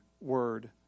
word